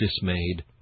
dismayed